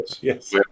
Yes